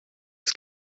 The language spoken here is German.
des